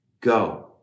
go